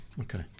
Okay